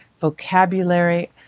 vocabulary